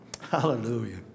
Hallelujah